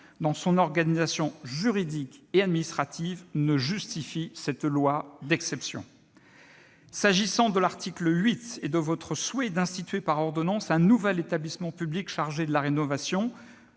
dans son organisation juridique et administrative ne justifie cette loi d'exception. S'agissant de l'article 8 et de votre souhait d'instituer par ordonnance un nouvel établissement public chargé de la rénovation,